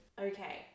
Okay